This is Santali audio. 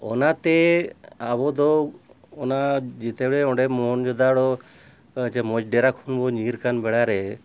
ᱚᱱᱟᱛᱮ ᱟᱵᱚᱫᱚ ᱚᱱᱟ ᱡᱮᱛᱮ ᱚᱸᱰᱮ ᱢᱚᱦᱮᱱᱡᱳᱫᱟᱲᱳ ᱪᱮ ᱢᱚᱡᱽ ᱰᱮᱨᱟ ᱠᱷᱚᱱ ᱵᱚᱱ ᱧᱤᱨ ᱠᱟᱱ ᱵᱮᱲᱟᱨᱮ